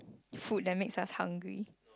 food that makes us hungry